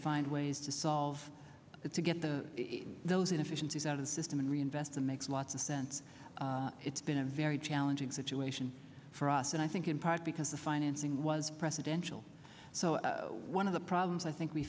find ways to solve it to get the those inefficiencies out of the system and reinvest it makes lots of sense it's been a very challenging situation for us and i think in part because the financing was precedential so one of the problems i think we